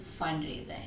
fundraising